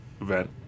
event